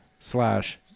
Slash